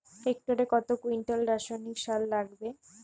হেক্টরে কত কুইন্টাল রাসায়নিক সার লাগবে?